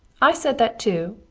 i said that too,